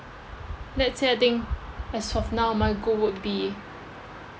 that's it I think as of now my goal would be